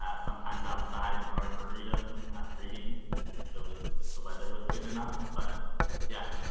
ah sometimes outside in the arboretum reading it. phil was the weather was good enough. but yeah,